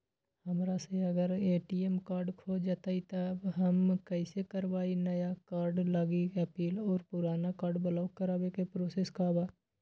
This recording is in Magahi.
हमरा से अगर ए.टी.एम कार्ड खो जतई तब हम कईसे करवाई नया कार्ड लागी अपील और पुराना कार्ड ब्लॉक करावे के प्रोसेस का बा?